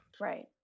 Right